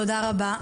(היו"ר שרן מרים השכל) תודה רבה,